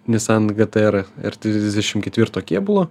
nissan gtr ir trisdešimt ketvirto kėbulo